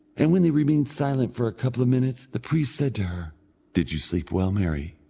and when they remained silent for a couple of minutes, the priest said to her did you sleep well, mary?